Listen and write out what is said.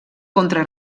contra